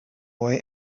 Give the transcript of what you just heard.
boy